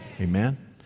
Amen